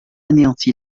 anéanti